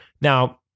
Now